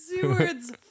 Seward's